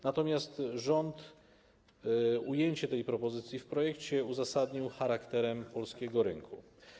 Natomiast rząd ujęcie tej propozycji w projekcie uzasadnił charakterem polskiego rynku.